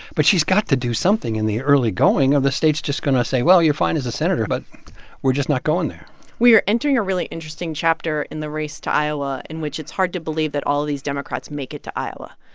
but she's got to do something in the early going, or the state's just going to say, well, you're fine as a senator, but we're just not going there we are entering a really interesting chapter in the race to iowa in which it's hard to believe that all these democrats make it to iowa,